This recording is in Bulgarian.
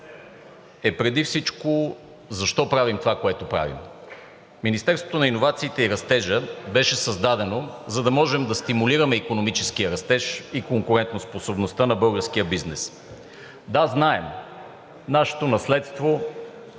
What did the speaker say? е преди всичко защо правим това, което правим. Министерството на иновациите и растежа беше създадено, за да можем да стимулираме икономическия растеж и конкурентоспособността на българския бизнес. Да, знаем, нашето наследство